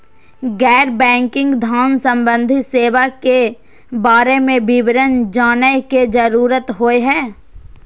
गैर बैंकिंग धान सम्बन्धी सेवा के बारे में विवरण जानय के जरुरत होय हय?